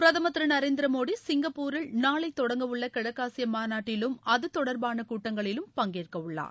பிரதமர் திரு நரேந்திர மோடி சிங்கப்பூரில் நாளை தொடங்கவுள்ள கிழக்காசிய மாநாட்டிலும் அது தொடர்பான கூட்டங்களிலும் பங்கேற்க உள்ளார்